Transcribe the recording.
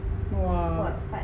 !wah!